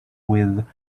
with